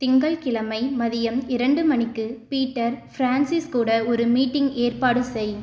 திங்கள்கிழமை மதியம் ரெண்டு மணிக்கு பீட்டர் ஃபிரான்சிஸ் கூட ஒரு மீட்டிங் ஏற்பாடு செய்